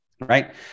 Right